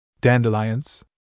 Dandelions